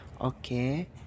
okay